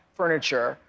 furniture